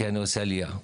כי אני עושה עלייה.